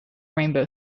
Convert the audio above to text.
rainbow